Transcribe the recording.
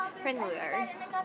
friendlier